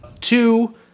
Two